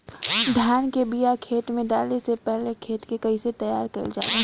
धान के बिया खेत में डाले से पहले खेत के कइसे तैयार कइल जाला?